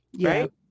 right